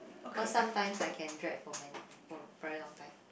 cause sometimes I can drag for many for very long time